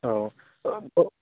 औ